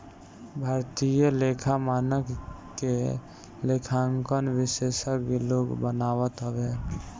भारतीय लेखा मानक के लेखांकन विशेषज्ञ लोग बनावत हवन